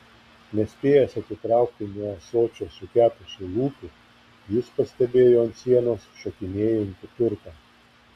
nespėjęs atitraukti nuo ąsočio sukepusių lūpų jis pastebėjo ant sienos šokinėjantį turką